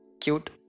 Cute